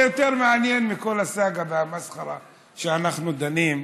זה יותר מעניין מכל הסאגה והמסחרה שאנחנו דנים,